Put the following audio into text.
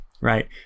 right